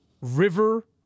River